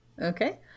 Okay